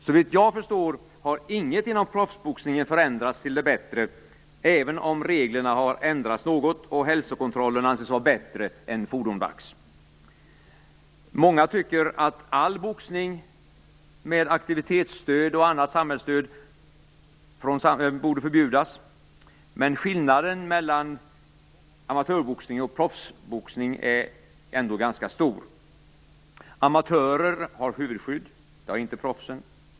Såvitt jag förstår har inget inom proffsboxningen förändrats till det bättre - även om reglerna har ändrats något och hälsokontrollen anses vara bättre än fordomdags. Många tycker att all boxning med aktivitetsstöd och annat samhällsstöd borde förbjudas. Men skillnaden mellan amatörboxning och proffsboxning är ändå ganska stor. Amatörerna har huvudskydd. Det har inte proffsen.